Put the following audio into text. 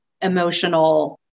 emotional